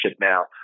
now